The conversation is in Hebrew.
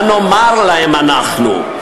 מה נאמר להם אנחנו?